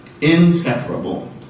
Inseparable